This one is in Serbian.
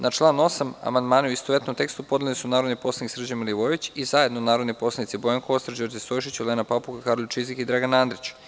Na član 8. amandmane u istovetnom tekstu podneli su narodni poslanik Srđan Milivojević izajedno narodni poslanici Bojan Kostreš, Đorđe Stojšić, Olena Papuga, Karolj Čizik i Dragan Andrić.